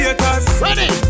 Ready